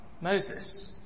Moses